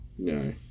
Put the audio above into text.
No